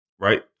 Right